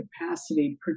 capacity